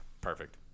Perfect